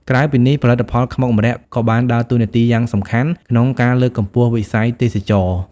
ក្រៅពីនេះ ផលិតផលខ្មុកម្រ័ក្សណ៍ក៏បានដើរតួនាទីយ៉ាងសំខាន់ក្នុង ការលើកកម្ពស់វិស័យទេសចរណ៍។